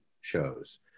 shows